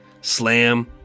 Slam